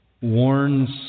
warns